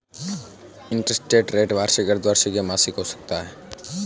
interest rate वार्षिक, अर्द्धवार्षिक या मासिक हो सकता है